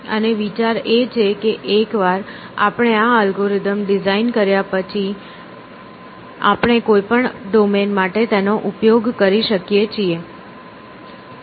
અને વિચાર એ છે કે એકવાર આપણે આ અલ્ગોરિધમ ડિઝાઇન કર્યા પછી પછી આપણે કોઈપણ ડોમેન માટે તેનો ઉપયોગ કરી શકીએ છીએ